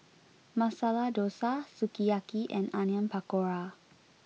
Masala Dosa Sukiyaki and Onion Pakora